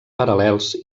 paral·lels